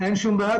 אין שום בעיה.